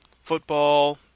football